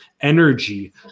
energy